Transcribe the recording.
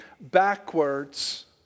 backwards